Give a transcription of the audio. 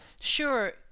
sure